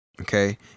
Okay